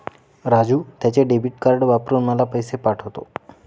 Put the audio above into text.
राजू त्याचे debit card वापरून मला पैसे पाठवतो